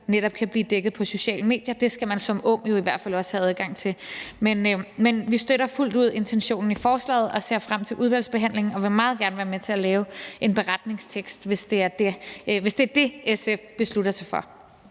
netop kan blive dækket på sociale medier. Det skal man som ung jo i hvert fald også have adgang til. Vi støtter fuldt ud intentionen i forslaget og ser frem til udvalgsbehandlingen og vil meget gerne være med til at lave en beretningstekst, hvis det er det, SF beslutter sig for.